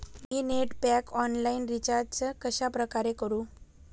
मी net pack online recharge कशाप्रकारे करु?